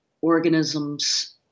organisms